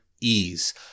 ease